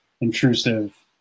intrusive